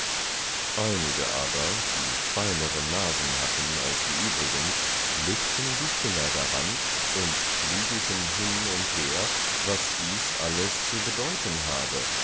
einige aber die feinere nasen hatten als die übrigen legten die finger daran und klügelten hin und her was dies alles zu bedeuten habe